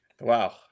Wow